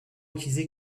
utilisé